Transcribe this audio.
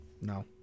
No